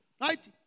Right